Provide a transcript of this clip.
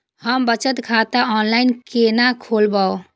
हम बचत खाता ऑनलाइन केना खोलैब?